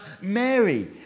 Mary